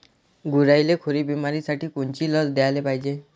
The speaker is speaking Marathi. गुरांइले खुरी बिमारीसाठी कोनची लस द्याले पायजे?